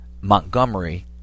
Montgomery